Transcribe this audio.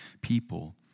people